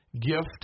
gift